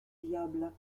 viable